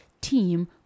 team